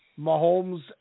Mahomes